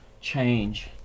change